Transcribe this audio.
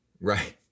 Right